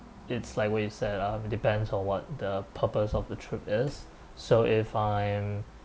it's like we've said ah depends on what the purpose of the trip is so if I am